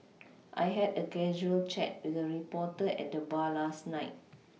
I had a casual chat with a reporter at the bar last night